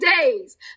days